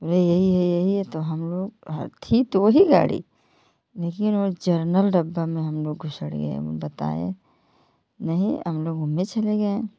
अरे यही है यही है तो हम लोग ह थी तो वही गाड़ी लेकिन वो जरनल डब्बा में हम लोग घुस गए बताए नहीं हम लोग उसमें चले गएँ